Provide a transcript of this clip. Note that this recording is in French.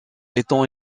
étant